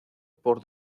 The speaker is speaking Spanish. por